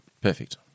Perfect